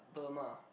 Burma